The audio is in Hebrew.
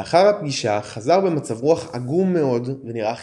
לאחר הפגישה חזר במצב רוח עגום מאוד ונראה חיוור,